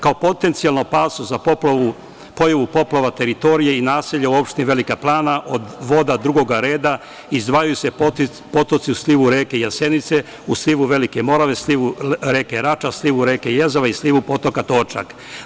Kao potencijalna opasnost za pojavu poplava teritorije i naselja u opštini Velika Plana od voda drugog reda izdvajaju se potoci u slivu reke Jasenice, u slivu Velike Morave, u slivu reke Rača, u slivu reke Jezava i slivu potoka Točak.